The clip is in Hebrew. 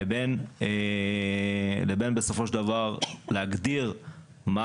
לבין בסופו של דבר להגדיר מה